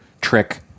trick